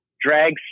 drag